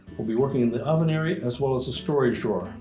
we'll be working in the oven area as well as a storage drawer.